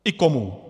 I komu.